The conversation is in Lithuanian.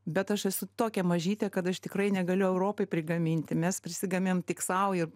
bet aš esu tokia mažytė kad aš tikrai negaliu europai prigaminti mes prisigaminam tik sau ir